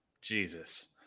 Jesus